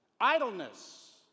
Idleness